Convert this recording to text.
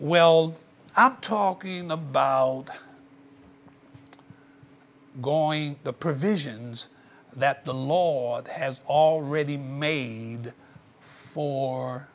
well i'm talking about going the provisions that the law has already made for